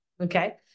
okay